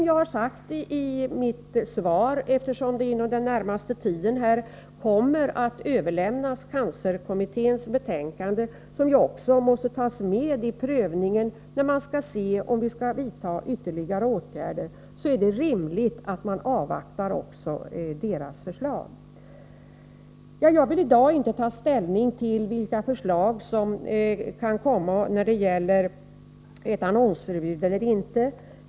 Jag sade i mitt svar att cancerkommitténs betänkande kommer att överlämnas inom den närmaste framtiden, och det måste tas med i prövningen av vilka ytterligare åtgärder som skall vidtas. Det är därför rimligt att avvakta också cancerkommitténs förslag. Jag vill i dag inte ta ställning till vilka förslag som kan komma beträffande annonsförbud eller inte.